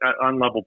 unlevel